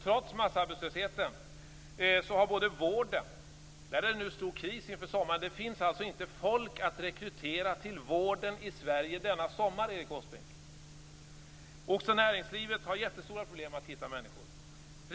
Trots massarbetslösheten är det stor kris inom vården inför sommaren. Det finns alltså inte folk att rekrytera till vården i Sverige denna sommar, Erik Åsbrink. Också näringslivet har jättestora problem med att hitta personal.